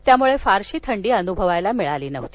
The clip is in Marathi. त्यामुळे फारशी थंडी अनुभवायला मिळाली नव्हती